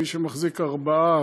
ומי שמחזיק ארבעה,